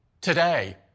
Today